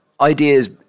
ideas